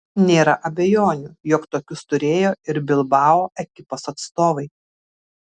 nėra abejonių jog tokius turėjo ir bilbao ekipos atstovai